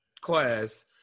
class